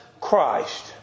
Christ